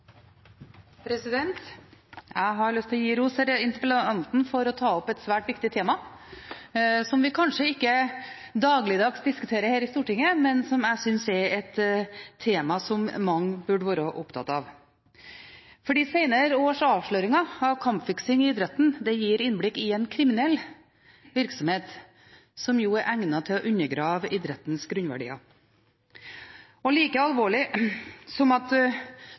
Jeg har lyst til å gi ros til interpellanten for å ha tatt opp et svært viktig tema som vi kanskje ikke diskuterer til daglig i Stortinget, men som jeg synes mange burde være opptatt av, for de senere års avsløringer av kampfiksing i idretten gir innblikk i en kriminell virksomhet som er egnet til å undergrave idrettens grunnverdier. Like alvorlig som at